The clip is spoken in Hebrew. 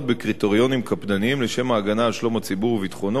בקריטריונים קפדניים לשם ההגנה על שלום הציבור וביטחונו